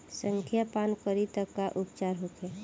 संखिया पान करी त का उपचार होखे?